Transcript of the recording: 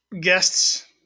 guests